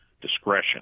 discretion